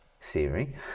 Siri